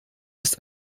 ist